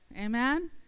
Amen